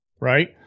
right